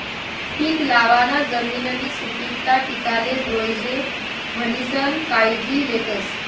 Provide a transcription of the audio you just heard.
पीक लावाना जमिननी सुपीकता टिकाले जोयजे म्हणीसन कायजी लेतस